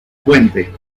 puente